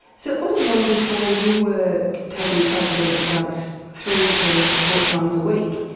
so it wasn't long before you were taking psychedelic drugs three to four times a week,